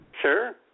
Sure